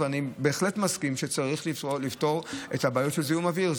אני בהחלט מסכים שצריך לפתור את הבעיות של זיהום אוויר.